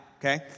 okay